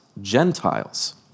Gentiles